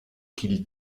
qu’il